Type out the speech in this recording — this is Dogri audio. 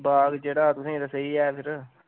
बाग जेह्ड़ा तुसें ते सेही ऐ फेर